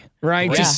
Right